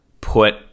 put